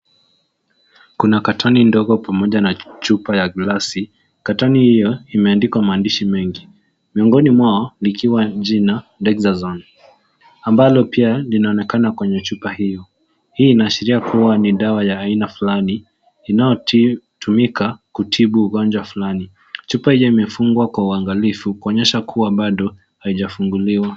Kuna katoni ndogo pamoja na chupa ya glassi , katoni hiyo imeandikwa maandishi mengi miongoni mwao ikiwa jina Dexazone ambalo pia linaonekana kwenye chupa hiyo. Hii inashiria kuwa ni dawa ya aina fulani inayo tumika kutibu ugonjwa fulani chupa hiyo imefungwa kwa uangalifu kuonyesha kuwa bado haijafunguliwa.